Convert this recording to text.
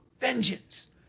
Vengeance